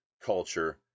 culture